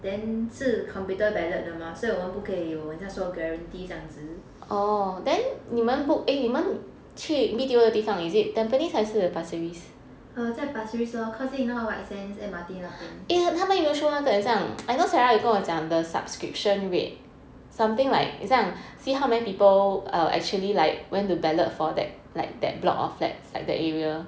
then 是 computer ballot 的 mah 所以我们不可以说好像 guaranteed 这样子 err 在 pasir ris lor 靠近那个 white sands M_R_T 那边